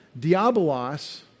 Diabolos